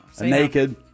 naked